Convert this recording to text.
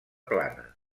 plana